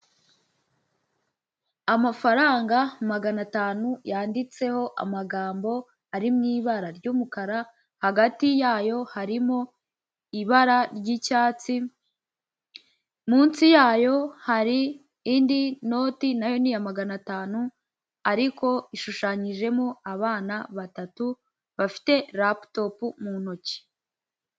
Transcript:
Amafaranga magana atanu yanditseho amagambo ari mu ibara ry'umukara, hagati yayo harimo ibara ry'icyatsi. Munsi yayo hari indi noti nayo ni iya magana atanu ariko ishushanyijemo abana batatu bafite raputopu mu ntoki.